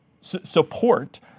support